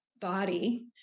body